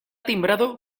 timbrado